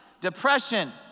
depression